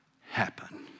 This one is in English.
happen